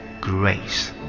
grace